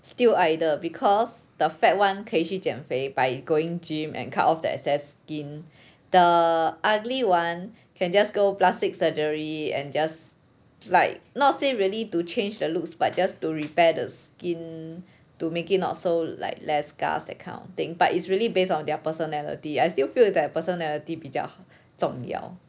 still either because the fat [one] 可以去减肥 by going gym and cut off the excess skin the ugly [one] can just go plastic surgery and just like not say really to change the looks but just to repair the skin to make it not so like less scars that kind of thing but it's really based on their personality I still feel that personality 比较好重要